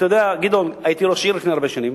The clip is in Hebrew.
אתה יודע, גדעון, הייתי ראש עיר לפני הרבה שנים.